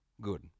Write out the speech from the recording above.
good